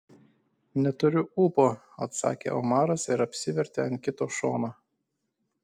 neturiu ūpo atsakė omaras ir apsivertė ant kito šono